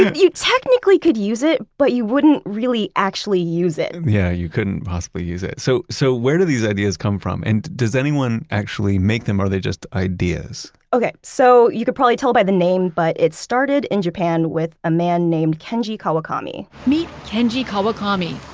you technically could use it, but you wouldn't really actually use it. yeah, you couldn't possibly use it. so so, where do these ideas come from? and does anyone actually make them, or are they just ideas? okay, so you can probably tell by the name but it started in japan, with a man named kenji kawakami meet kenji kawakami.